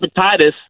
hepatitis